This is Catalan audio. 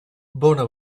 bona